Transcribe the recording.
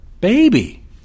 baby